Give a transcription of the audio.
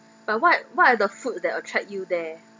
but what what are the food that attract you there